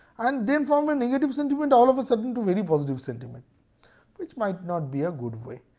and then from a negative sentiment all of a sudden to very positive sentiment which might not be a good way.